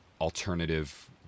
alternative